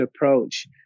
approach